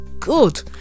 good